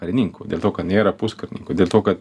karininkų dėl to kad nėra puskarininkių dėl to kad